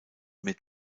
mit